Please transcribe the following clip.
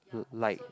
would like